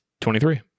23